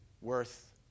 worth